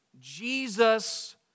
Jesus